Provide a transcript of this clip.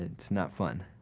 it's not fun.